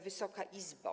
Wysoka Izbo!